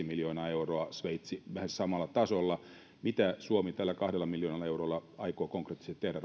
miljoonaa euroa sveitsi on lähes samalla tasolla mitä suomi tällä kahdella miljoonalla eurolla aikoo konkreettisesti tehdä